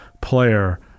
player